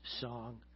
song